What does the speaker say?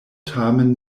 tamen